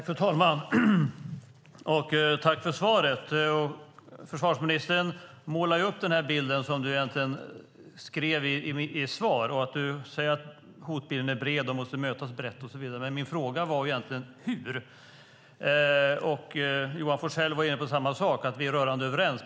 Fru talman! Tack för svaret! Försvarsministern målar upp den bild som egentligen finns i svaret och säger att hotbilden är bred och måste mötas brett och så vidare. Men min fråga var egentligen: Hur? Johan Forssell var inne på samma sak, att vi är rörande överens.